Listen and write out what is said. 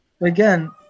again